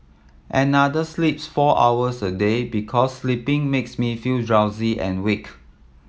another sleeps four hours a day because sleeping makes me feel drowsy and weak